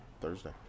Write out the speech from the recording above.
Thursday